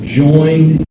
joined